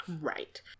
Right